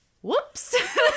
whoops